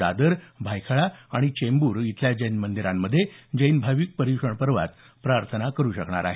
दादर भायखळा आणि चेंबूर इथल्या मंदिरात जैन भाविक पर्य्रषण पर्वात प्रार्थना करू शकणार आहेत